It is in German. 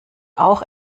auch